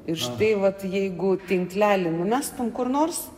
ir štai vat jeigu tinklelį numestum kur nors